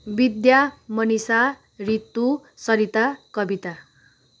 Vidya Manisha Ritu Sarita Kavita